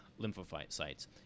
lymphocytes